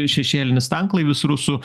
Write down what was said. šešėlinis tanklaivis rusų